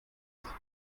fest